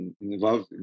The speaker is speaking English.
involved